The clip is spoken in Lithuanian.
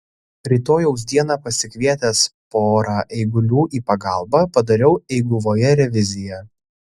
rytojaus dieną pasikvietęs pora eigulių į pagalbą padariau eiguvoje reviziją